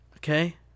Okay